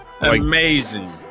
amazing